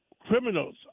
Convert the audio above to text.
criminals